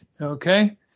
Okay